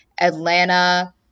Atlanta